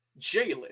Jalen